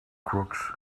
crooks